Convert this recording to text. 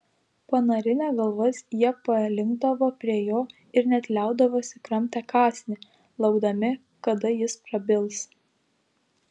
panarinę galvas jie palinkdavo prie jo ir net liaudavosi kramtę kąsnį laukdami kada jis prabils